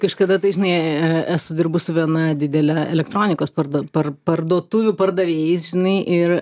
kažkada tai žinai e esu dirbus su viena didele elektronikos parda par parduotuvių pardavėjais žinai ir